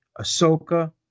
Ahsoka